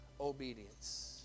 obedience